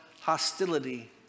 hostility